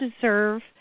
deserve